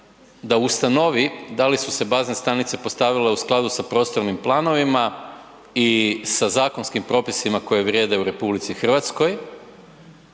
da ustanovi da li su se bazne stanice postavile u skladu sa prostornim planovima i sa zakonskim propisima koji vrijede u RH? Koliko je takvih